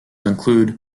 include